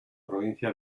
provincia